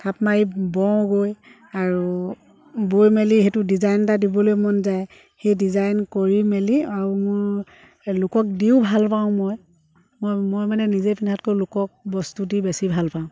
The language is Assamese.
থাপ মাৰি বওঁগৈ আৰু বৈ মেলি সেইটো ডিজাইন এটা দিবলৈ মন যায় সেই ডিজাইন কৰি মেলি আৰু মোৰ লোকক দিও ভাল পাওঁ মই মই মই মানে নিজে পিন্ধাতকৈ লোকক বস্তু দি বেছি ভাল পাওঁ